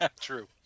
true